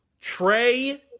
Trey